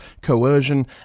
coercion